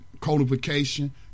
codification